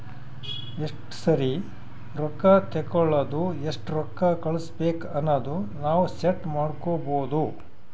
ಎಸ್ಟ ಸರಿ ರೊಕ್ಕಾ ತೇಕೊಳದು ಎಸ್ಟ್ ರೊಕ್ಕಾ ಕಳುಸ್ಬೇಕ್ ಅನದು ನಾವ್ ಸೆಟ್ ಮಾಡ್ಕೊಬೋದು